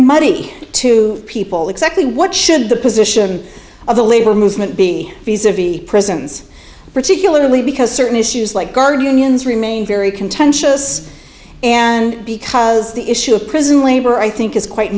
muddy to people exactly what should the position of the labor movement be prisons particularly because certain issues like guard unions remain very contentious and because the issue of prison labor i think is quite